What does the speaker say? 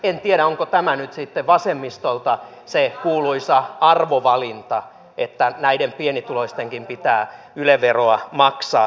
en tiedä onko tämä nyt sitten vasemmistolta se kuuluisa arvovalinta että näiden pienituloistenkin pitää yle veroa maksaa